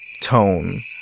tone